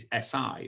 SI